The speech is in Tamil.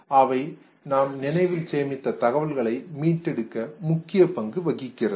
அவை நாம் நினைவில் சேமித்த தகவல்களை மீட்டெடுக்க முக்கிய பங்கு வகிக்கிறது